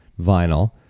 vinyl